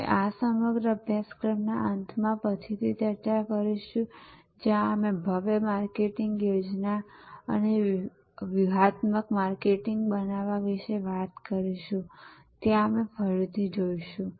અમે આ સમગ્ર અભ્યાસક્રમના અંતમાં પછીથી ચર્ચા કરીશું જ્યાં અમે ભવ્ય માર્કેટિંગ યોજના અને વ્યૂહાત્મક માર્કેટિંગ બનાવવા વિશે વાત કરીશું ત્યારે અમે ફરીથી જોઈશું